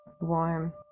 warm